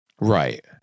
right